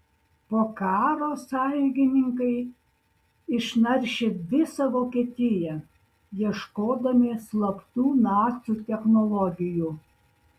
po karo sąjungininkai išnaršė visą vokietiją ieškodami slaptų nacių technologijų